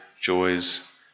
joys